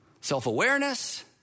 Self-awareness